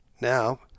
now